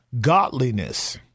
godliness